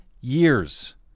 years